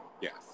Yes